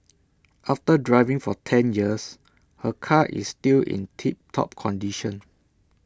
after driving for ten years her car is still in tip top condition